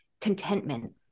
contentment